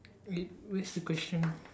wait where's the question